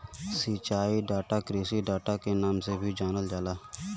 सिंचाई डाटा कृषि डाटा के नाम से भी जानल जाला